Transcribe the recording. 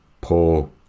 poor